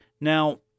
Now